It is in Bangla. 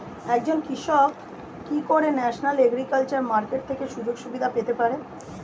একজন কৃষক কি করে ন্যাশনাল এগ্রিকালচার মার্কেট থেকে সুযোগ সুবিধা পেতে পারে?